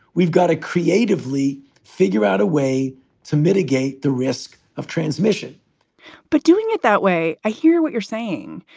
we've got to creatively figure out a way to mitigate the risk of transmission but doing it that way. i hear what you're saying,